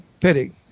pity